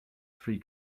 three